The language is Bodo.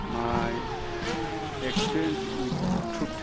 माइ एक्सपिरियेन्स उइथ ट्रुथ